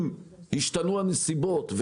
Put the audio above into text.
אם השתנו הנסיבות,